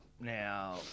Now